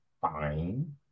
fine